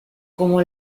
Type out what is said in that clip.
como